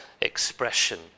expression